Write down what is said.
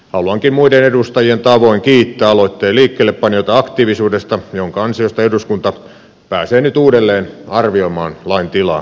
haluankin muiden edustajien tavoin kiittää aloitteen liikkeellepanijoita aktiivisuudesta jonka ansiosta eduskunta pääsee nyt uudelleen arvioimaan lain tilaa